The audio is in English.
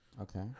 Okay